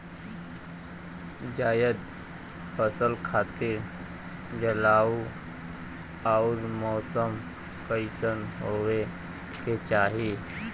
जायद फसल खातिर जलवायु अउर मौसम कइसन होवे के चाही?